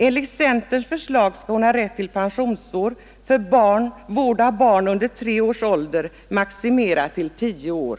Enligt centerns förslag skall hon ha rätt till pensionsår för vård av barn under tre års ålder, maximerat till tio år.